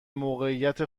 موقعیت